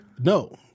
No